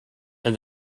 and